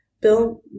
Bill